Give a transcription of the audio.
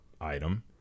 item